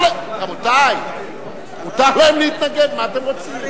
מותר לו, רבותי, מותר להם להתנגד, מה אתם רוצים?